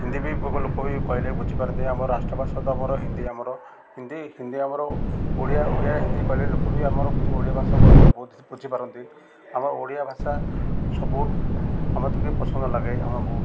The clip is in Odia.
ହିନ୍ଦୀ ବି ଲୋକ ବି କହିଲେ ବୁଝିପାରନ୍ତି ଆମର ରାଷ୍ଟ୍ରଭାଷା ତ ଆମର ହିନ୍ଦୀ ଆମର ହିନ୍ଦୀ ହିନ୍ଦୀ ଆମର ଓଡ଼ିଆ ଓଡ଼ିଆ ହିନ୍ଦୀ କହିଲେ ଲୋକ ବି ଆମର ବୁ ଓଡ଼ିଆ ଭାଷାକୁ ଆମର ବୁଝିପାରନ୍ତି ଆମର ଓଡ଼ିଆ ଭାଷା ସବୁ ଆମ ଟିକେ ପସନ୍ଦ ଲାଗେ ଆମକୁ